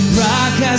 rock